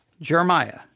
Jeremiah